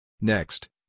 Next